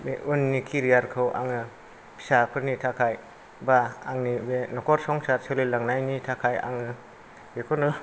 बे उननि केरियारखौ आङो फिसाफोरनि थाखाय बा आंनि बे नखर संसार सोलिलांनायनि थाखाय आङो बेखौनो